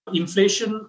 inflation